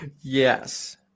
Yes